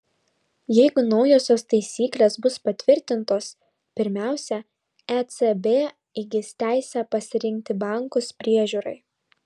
jeigu naujosios taisyklės bus patvirtintos pirmiausia ecb įgis teisę pasirinkti bankus priežiūrai